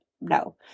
No